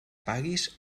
paguis